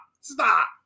Stop